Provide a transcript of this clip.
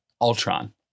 ultron